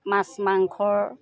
মাছ মাংসৰ